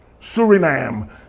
Suriname